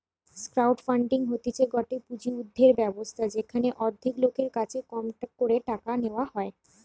crowd funding হতিছে গটে পুঁজি উর্ধের ব্যবস্থা যেখানে অনেক লোকের কাছে কম করে টাকা নেওয়া হয়